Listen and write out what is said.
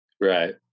right